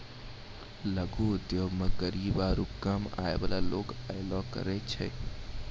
लघु उद्योगो मे गरीब आरु कम आय बाला लोग अयलो करे छै